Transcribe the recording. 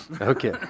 Okay